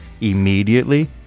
immediately